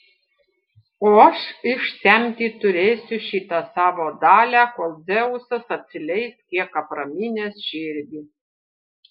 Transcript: o aš išsemti turėsiu šitą savo dalią kol dzeusas atsileis kiek apraminęs širdį